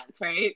right